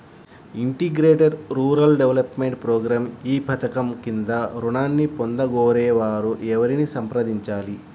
Integrated rural development programme ఈ పధకం క్రింద ఋణాన్ని పొందగోరే వారు ఎవరిని సంప్రదించాలి?